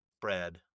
bread